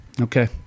Okay